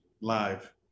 live